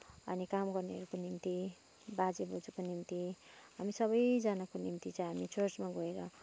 अनि काम गर्नेहरूको निम्ति बाजे बोजूको निम्ति हामी सबैजनाको निम्ति चाहिँ हामी चर्चमा गएर